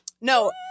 No